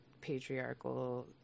patriarchal